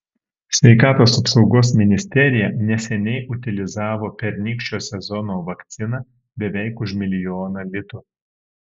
sveikatos apsaugos ministerija neseniai utilizavo pernykščio sezono vakciną beveik už milijoną litų